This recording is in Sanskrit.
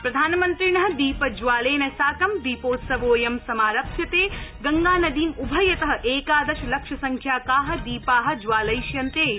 प्रधानमन्त्रिण दीपज्वालेन साकं दीपोत्सवोडयं समारप्स्यते गंगा नदीम् उभयत एकादश लक्षसंख्याका दीपा ज्वालयिष्यन्ते इति